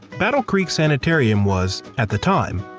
battle creek sanitarium was, at the time,